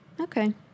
Okay